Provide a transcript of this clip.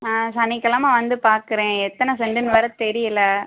நான் சனிக்கெழமா வந்து பார்க்குறேன் எத்தனை செண்ட்டுன்னு வேறு தெரியலை